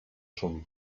son